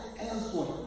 elsewhere